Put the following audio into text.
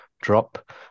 drop